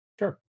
Sure